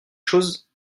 choses